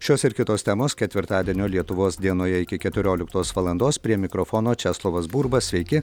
šios ir kitos temos ketvirtadienio lietuvos dienoje iki keturioliktos valandos prie mikrofono česlovas burba sveiki